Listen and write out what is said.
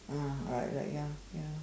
ah right right ya